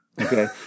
Okay